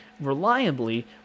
reliably